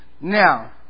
Now